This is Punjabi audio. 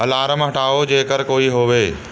ਅਲਾਰਮ ਹਟਾਓ ਜੇਕਰ ਕੋਈ ਹੋਵੇ